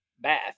bath